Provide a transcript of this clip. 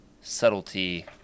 subtlety